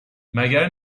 مگر